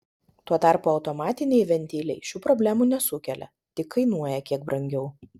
tuo tarpu automatiniai ventiliai šių problemų nesukelia tik kainuoja kiek brangiau